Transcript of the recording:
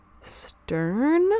stern